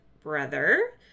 brother